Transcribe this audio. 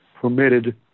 permitted